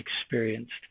experienced